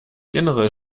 generell